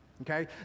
Okay